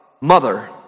mother